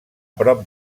prop